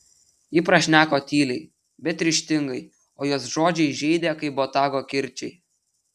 ji prašneko tyliai bet ryžtingai o jos žodžiai žeidė kaip botago kirčiai